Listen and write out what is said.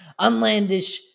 unlandish